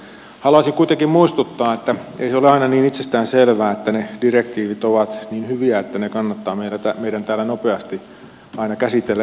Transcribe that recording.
haluaisin kuitenkin muistuttaa että ei se ole aina niin itsestäänselvää että ne direktiivit ovat niin hyviä että ne kannattaa meidän täällä nopeasti aina käsitellä ja hyväksyä